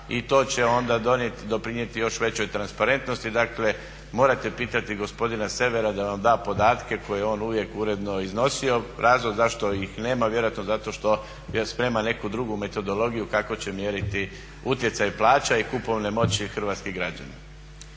I to će onda doprinijeti još većoj transparentnosti. Dakle, morate pitati gospodina Severa da vam da podatke koje je on uvijek uredno iznosio. Razlog zašto ih nema vjerojatno zato što je spreman neku drugu metodologiju kako će mjeriti utjecaj plaća i kupovne moći hrvatskih građana.